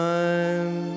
time